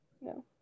No